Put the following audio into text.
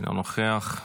אינו נוכח,